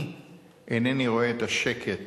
אני אינני רואה את השקט